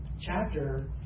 chapter